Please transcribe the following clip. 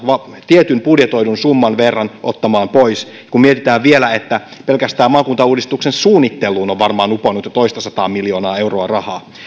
tietyn budjetoidun summan verran ottamaan pois kun mietitään vielä että pelkästään maakuntauudistuksen suunnitteluun on varmaan uponnut jo toistasataa miljoonaa euroa rahaa